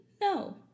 No